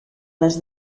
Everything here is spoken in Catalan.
les